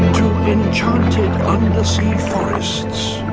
to enchanted undersea forests,